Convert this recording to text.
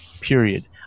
period